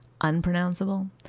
Unpronounceable